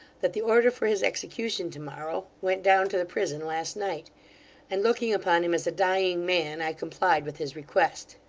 that the order for his execution to-morrow, went down to the prison last night and looking upon him as a dying man, i complied with his request